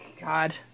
God